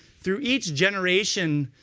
through each generation,